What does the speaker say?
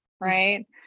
right